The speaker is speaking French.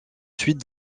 suite